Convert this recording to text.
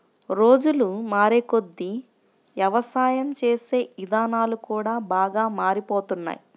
రోజులు మారేకొద్దీ యవసాయం చేసే ఇదానాలు కూడా బాగా మారిపోతున్నాయ్